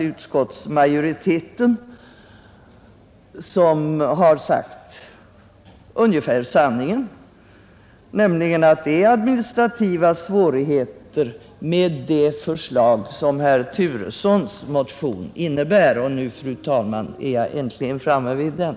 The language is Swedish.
Utskottsmajoriteten säger emellertid i stort sett sanningen när den uttalar att det är administrativa svårigheter förenade med det system som föreslagits i motionen. Och därmed, fru talman, är jag äntligen framme vid den.